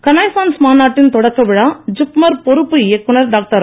கன்னாய்சான்ஸ் மாநாட்டின் தொடக்க விழா ஜிப்மர் பொறுப்பு இயக்குநர் டாக்டர்